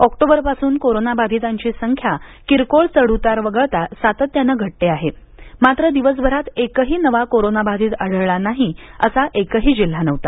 ऑक्टोबरपासून कोरोना बाधितांची संख्या किरकोळ चढउतार वगळता सातत्यानं घटते आहे मात्र दिवसभरात एकही नवा कोरोनाबाधित आढळला नाही असा एकही जिल्हा नव्हता